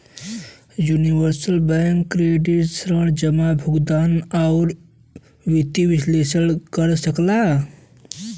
universal bank credit ऋण जमा, भुगतान, आउर वित्तीय विश्लेषण कर सकला